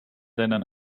ländern